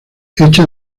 hecha